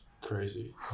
crazy